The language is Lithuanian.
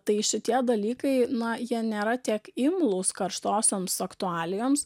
tai šitie dalykai na jie nėra tiek imlūs karštosioms aktualijoms